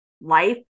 life